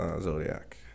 zodiac